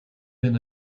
been